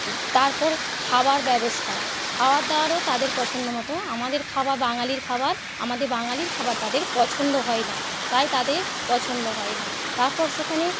তারপর খাবার ব্যবস্থা খাওয়া দাওয়াও তাদের পছন্দ মতো আমাদের খাবার বাঙালির খাবার আমাদের বাঙালির খাবার তাদের পছন্দ হয় না তাই তাদের পছন্দ হয় না তারপর সেখানে